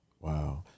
Wow